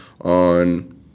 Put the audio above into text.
on